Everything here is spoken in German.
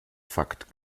fakt